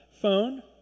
phone